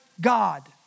God